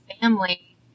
family